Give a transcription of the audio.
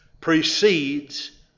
Precedes